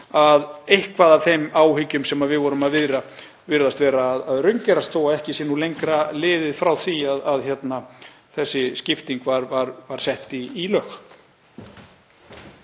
eitthvað af þeim áhyggjum sem við vorum með virðast vera að raungerast þótt ekki sé lengra liðið frá því að þessi skipting var sett í lög.